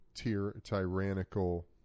tyrannical